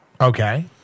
Okay